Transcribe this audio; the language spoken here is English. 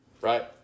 Right